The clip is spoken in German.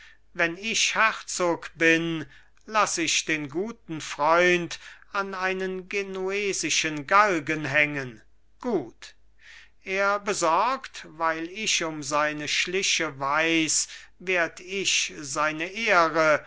wenn ich herzog bin laß ich den guten freund an einen genuesischen galgen hängen gut er besorgt weil ich um seine schliche weiß werd ich seine ehre